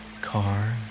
car